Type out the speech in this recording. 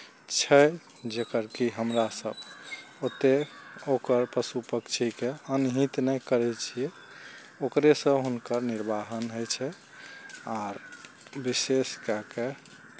छै जकर कि हमरा सभ ओतेक ओकर पशु पक्षीके अनहित नहि करै छियै ओकरेसँ हुनकर निर्वाहन होइ छै आर विशेष कए कऽ